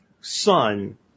son –